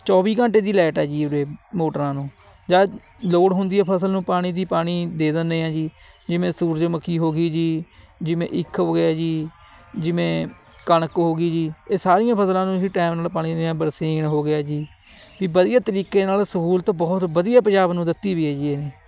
ਚੌਵੀ ਘੰਟੇ ਦੀ ਲੈਟ ਹੈ ਜੀ ਉਰੇ ਮੋਟਰਾਂ ਨੂੰ ਜਾ ਲੋੜ ਹੁੰਦੀ ਆ ਫਸਲ ਨੂੰ ਪਾਣੀ ਦੀ ਪਾਣੀ ਦੇ ਦਿੰਦੇ ਹਾਂ ਜੀ ਜਿਵੇਂ ਸੂਰਜਮੁਖੀ ਹੋ ਗਈ ਜੀ ਜਿਵੇਂ ਇੱਖ ਹੋ ਗਿਆ ਜੀ ਜਿਵੇਂ ਕਣਕ ਹੋ ਗਈ ਜੀ ਇਹ ਸਾਰੀਆਂ ਫਸਲਾਂ ਨੂੰ ਅਸੀਂ ਟਾਇਮ ਨਾਲ ਪਾਣੀ ਬਰਸੀਨ ਹੋ ਗਿਆ ਜੀ ਵੀ ਵਧੀਆ ਤਰੀਕੇ ਨਾਲ ਸਹੂਲਤ ਬਹੁਤ ਵਧੀਆ ਪੰਜਾਬ ਨੂੰ ਦਿੱਤੀ ਵੀ ਹੈ ਜੀ ਇਹ